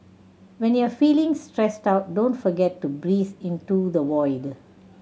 when you are feeling stressed out don't forget to breathe into the void